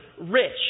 rich